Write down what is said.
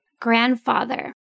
grandfather